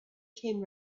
came